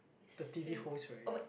the T_V host right